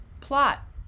plot